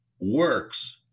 works